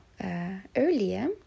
earlier